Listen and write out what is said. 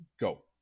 go